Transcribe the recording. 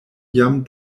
jam